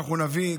אנחנו נביא,